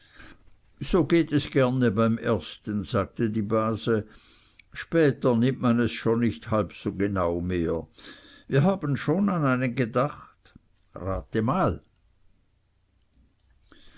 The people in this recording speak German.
so geht es gerne beim ersten sagte die base später nimmt man es schon nicht halb so genau mehr wir haben schon an einen gedacht rate mal